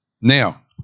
Now